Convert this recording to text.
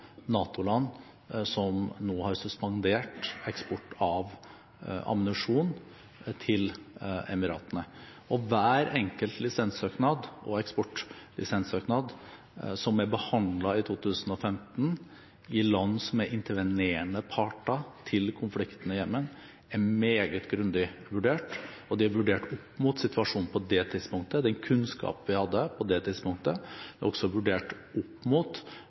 som har suspendert eksport av ammunisjon til Emiratene. Hver enkelt lisenssøknad og eksportlisenssøknad som er behandlet i 2015 i land som er intervenerende parter til konflikten i Jemen, er meget grundig vurdert – det er vurdert opp mot situasjonen på det tidspunktet, den kunnskap vi hadde på det tidspunktet, og også vurdert opp mot